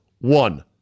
One